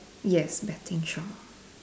yes betting shop